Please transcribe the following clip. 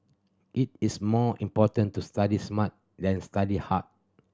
it is more important to study smart than study hard